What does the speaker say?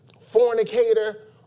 fornicator